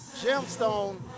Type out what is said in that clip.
gemstone